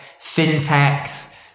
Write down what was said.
fintechs